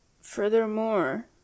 furthermore